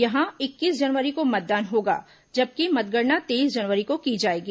यहां इक्कीस जनवरी को मतदान होगा जबकि मतगणना तेईस जनवरी को की जाएगी